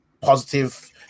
positive